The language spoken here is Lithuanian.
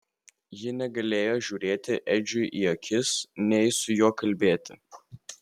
ji negalėjo žiūrėti edžiui į akis nei su juo kalbėti